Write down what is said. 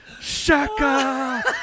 Shaka